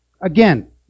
Again